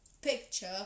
picture